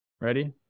Ready